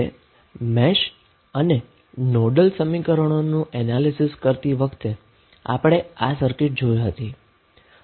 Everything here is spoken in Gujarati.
હવે મેશ અને નોડલ સમીકરણોનું એનાલીસીસ કરતી વખતે આપણે આ સર્કિટ મળી હતી